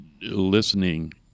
listening